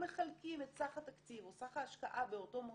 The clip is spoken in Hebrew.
ומחלקים את סך התקציב או סך ההשקעה באותו מוסד,